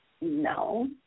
No